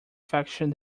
faction